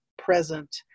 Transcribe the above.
present